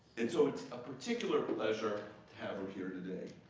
and so, it's a particular pleasure to have her here today.